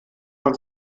man